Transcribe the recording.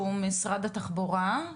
ממשרד התחבורה.